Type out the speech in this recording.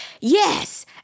yes